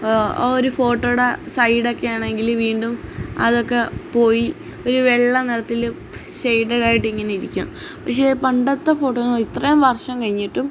ഒരു ഫോട്ടോയുടെ സൈഡൊക്കെയാണെങ്കില് വീണ്ടും അതൊക്കെ പോയി ഒരു വെള്ളനിറത്തില് ഷെയിഡഡായിട്ടിങ്ങനെ ഇരിക്കും പക്ഷെ പണ്ടത്തെ ഫോട്ടോ എന്നുപറഞ്ഞാല് ഇത്രയും വർഷം കഴിഞ്ഞിട്ടും